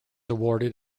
awarded